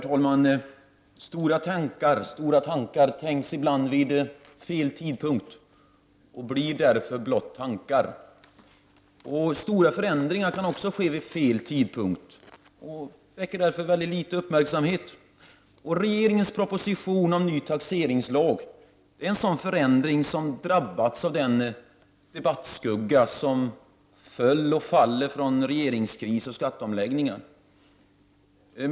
Herr talman! Stora tankar tänks ibland vid fel tidpunkt och förblir därför blott tankar. Stora förändringar kan ske vid fel tidpunkt och väcker därför väldigt litet uppmärksamhet. Regeringens proposition om ny taxeringslag är en sådan förändring som drabbats av den debattskugga som föll och faller från regeringskris och skatteomläggningar.